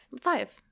Five